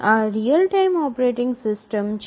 આ real time operating system છે